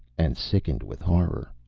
and sickened with horror.